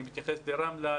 לרמלה,